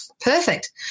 Perfect